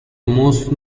most